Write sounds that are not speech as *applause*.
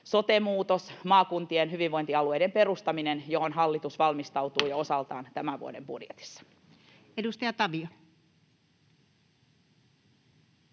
sote-muutos, maakuntien hyvinvointialueiden perustaminen, johon hallitus valmistautuu *noise* jo osaltaan tämän vuoden budjetissa. Edustaja Tavio.